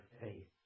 faith